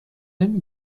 نمی